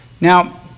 Now